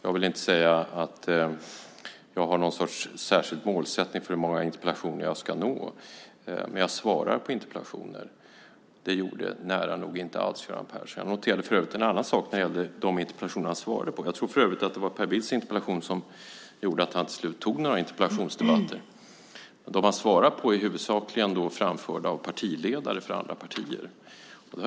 Jag vill inte säga att jag har någon särskild målsättning för hur många interpellationer jag ska uppnå, men jag svarar dock på interpellationer. Det gjorde Göran Persson nära nog inte alls. Jag noterade för övrigt en annan sak just när det gäller de interpellationer Göran Persson svarade på. Jag tror faktiskt att det var Per Bills interpellation som gjorde att han till slut tog några interpellationsdebatter. Dem han svarade på var huvudsakligen framförda av partiledare för andra partier.